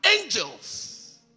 angels